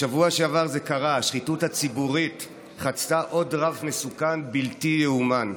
בשבוע שעבר זה קרה: השחיתות הציבורית חצתה עוד רף מסוכן בלתי ייאמן.